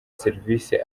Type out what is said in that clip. serivisi